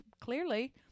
clearly